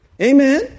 Amen